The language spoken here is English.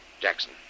Jackson